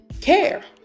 care